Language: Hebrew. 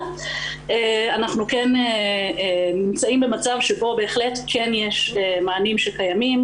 אבל אנחנו כן נמצאים במצב שבו בהחלט כן יש מענים שקיימים.